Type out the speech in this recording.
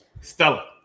Stella